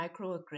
microaggressions